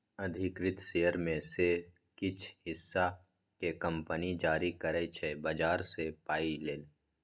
अधिकृत शेयर मे सँ किछ हिस्सा केँ कंपनी जारी करै छै बजार सँ पाइ लेल